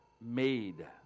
made